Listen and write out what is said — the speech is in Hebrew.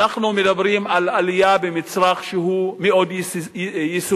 אנחנו מדברים על עלייה במצרך שהוא מאוד יסודי.